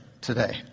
today